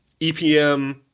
EPM